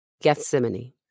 Gethsemane